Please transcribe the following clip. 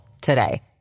today